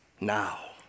now